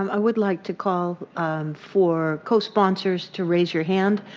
um i would like to call for cosponsors to raise your hand,